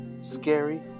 Scary